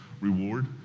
reward